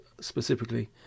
specifically